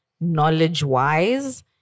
knowledge-wise